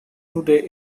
today